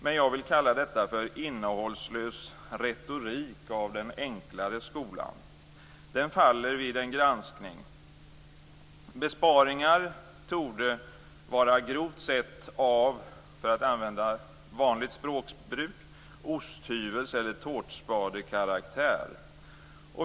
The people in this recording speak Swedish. Men jag vill kalla detta innehållslös retorik av den enklare skolan. Den faller vid en granskning. Besparingar torde grovt sett vara, för att använda vanligt språkbruk, av osthyvels eller tårtspadekaraktär.